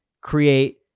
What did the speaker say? create